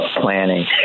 planning